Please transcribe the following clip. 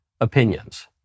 opinions